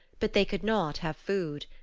but they could not have food.